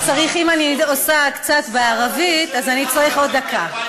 אם אני אדבר קצת בערבית, אז אני אצטרך עוד דקה.